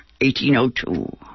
1802